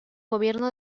gobierno